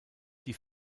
die